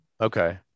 Okay